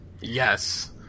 Yes